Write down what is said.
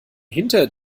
hinter